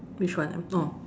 which one ah oh